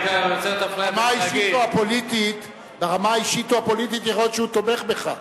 ברמה האישית או הפוליטית יכול להיות שהוא תומך בך.